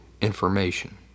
information